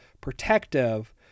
protective